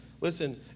Listen